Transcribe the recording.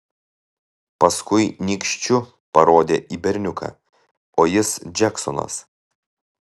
paskui nykščiu parodė į berniuką o jis džeksonas